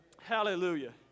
Hallelujah